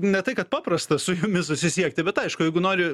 ne tai kad paprasta su jumis susisiekti bet aišku jeigu nori